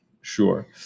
Sure